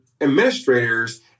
administrators